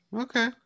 Okay